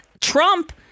Trump